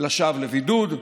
לשווא לבידוד.